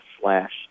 slash